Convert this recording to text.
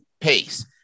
pace